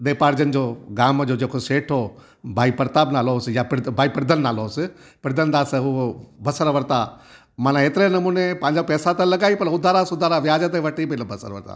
वापार जन जो गाम जो जेको सेठ हुओ भाई प्रताप नालो हुअसि या प्रिद भाई प्रिदन नालो हुओसि प्रिदन दास हुओ बसर वरिता मना एतिरे नमूने पंहिंजा पेसा त लॻाई पल उधारा सुधारा वयाज ते वठी पहले बसर वरिता